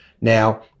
Now